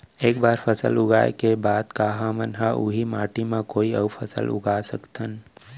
एक बार फसल उगाए के बाद का हमन ह, उही माटी मा कोई अऊ फसल उगा सकथन?